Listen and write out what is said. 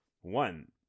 One